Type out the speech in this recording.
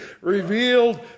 revealed